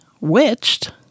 Witched